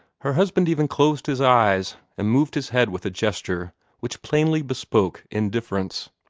her husband even closed his eyes, and moved his head with a gesture which plainly bespoke indifference.